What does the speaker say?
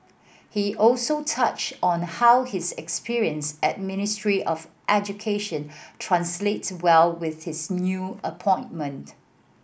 he also touched on how his experience at Ministry of Education translates well with his new appointment